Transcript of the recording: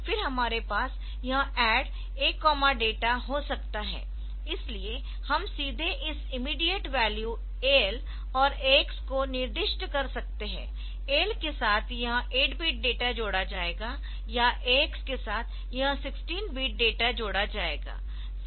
फिर हमारे पास यह ADD A data हो सकता है इसलिए हम सीधे इस इमीडियेट वैल्यू AL और AX को निर्दिष्ट कर सकते है AL के साथ यह 8 बिट डेटा जोड़ा जाएगा या AX के साथ यह 16 बिट डेटा जोड़ा जाएगा